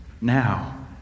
now